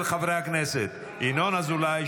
של חברי הכנסת ינון אזולאי,